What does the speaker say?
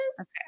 Okay